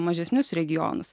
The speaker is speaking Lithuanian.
mažesnius regionus